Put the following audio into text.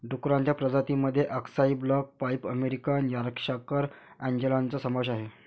डुक्करांच्या प्रजातीं मध्ये अक्साई ब्लॅक पाईड अमेरिकन यॉर्कशायर अँजेलॉनचा समावेश आहे